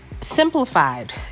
simplified